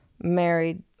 married